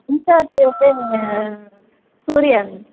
incharge வந்து சூரியாங்க